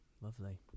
Lovely